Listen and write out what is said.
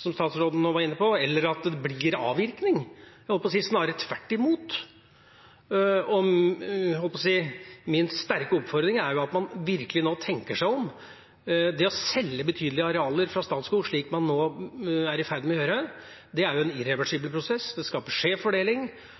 som statsråden nå var inne på, eller at det blir avvirkning – jeg holdt på å si snarere tvert imot. Min sterke oppfordring er at man nå virkelig tenker seg om. Det å selge betydelige arealer fra Statskog, slik man nå er i ferd med å gjøre, er en irreversibel prosess, det skaper